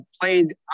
played